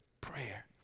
prayer